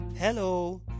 Hello